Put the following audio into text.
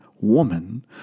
woman